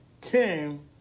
came